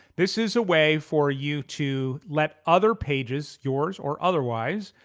this is a way for you to let other pages, yours or otherwise,